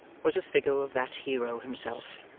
was a figure of that hero himself,